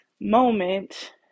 moment